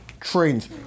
trains